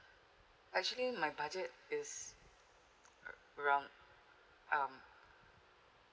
actually my budget is around um